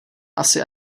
asi